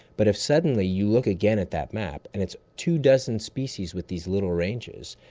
but if suddenly you look again at that map and it's two dozen species with these little ranges,